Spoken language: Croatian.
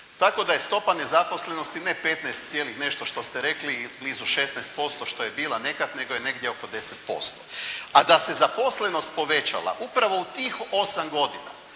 Tako da je stopa nezaposlenosti, ne 15 cijelih nešto što ste rekli, blizu 16%, što je bila nekada nego je negdje oko 10% A da se zaposlenost povećala upravo u tih 8 godina